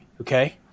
okay